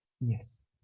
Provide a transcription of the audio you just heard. Yes